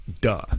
Duh